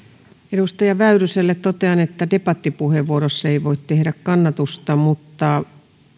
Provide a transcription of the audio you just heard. edustaja väyryselle totean että debattipuheenvuorossa ei voi tehdä kannatusta mutta